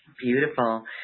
beautiful